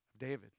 David